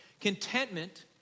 contentment